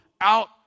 out